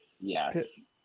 Yes